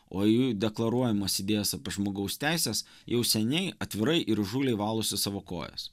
o į jų deklaruojamas idėjas apie žmogaus teises jau seniai atvirai ir įžūliai valosi savo kojas